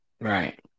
Right